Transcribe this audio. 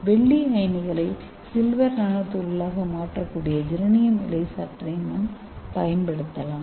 வெள்ளி அயனிகளை silver nano துகள்களாக மாற்றக்கூடிய ஜெரனியம் இலை சாற்றையும் நாம் பயன்படுத்தலாம்